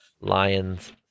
Lions